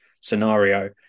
scenario